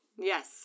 Yes